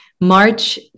March